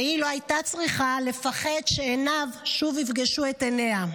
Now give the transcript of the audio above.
והיא לא הייתה צריכה לפחד שעיניו שוב יפגשו את עיניה.